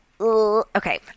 Okay